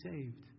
saved